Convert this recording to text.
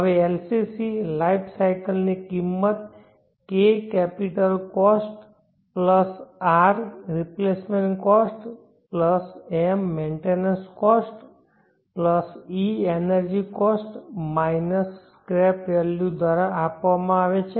હવે LCC life cycle ની કિંમત K capital cost plus R replacement cost plus M maintenance cost plus E energy cost minus scrap value દ્વારા આપવામાં આવે છે